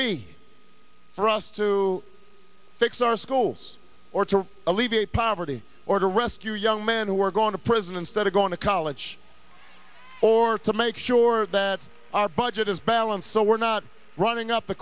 be for us to fix our schools or to alleviate poverty or to rescue young men who are going to prison instead of going to college or to make sure that our budget is balanced so we're not running up the